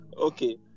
okay